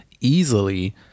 easily